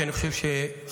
כי אני חושב שהרעיון